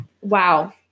Wow